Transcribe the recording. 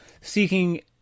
seeking